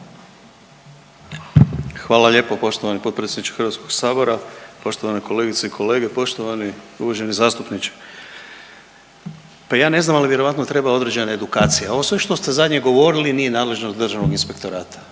Hvala lijepo poštovani potpredsjedniče HS-a. Poštovane kolegice i kolege, poštovani i uvaženi zastupniče. Pa ja ne znam, ali vjerojatno treba određena edukacija, ovo sve što ste zadnje govorili nije nadležnost Državnog inspektorata.